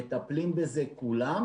מטפלים בזה כולם.